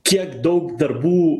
kiek daug darbų